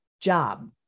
job